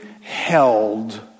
held